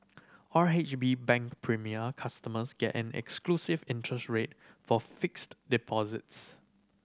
R H B Bank Premier customers get an exclusive interest rate for fixed deposits